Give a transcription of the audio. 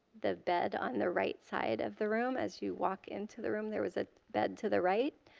the bed on the right side of the room as you walk into the room. there was a bed to the right.